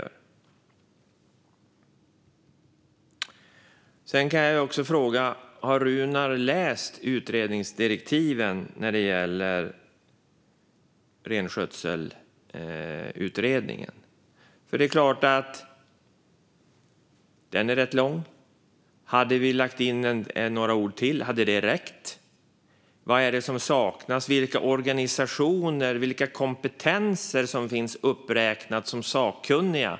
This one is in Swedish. Jag vill också fråga om Runar har läst utredningsdirektiven när det gäller renskötselutredningen. De är rätt långa. Hade det räckt om vi hade lagt in några ord till? Vad är det som saknas? Vilka organisationer och kompetenser saknas bland dem som finns uppräknade som sakkunniga?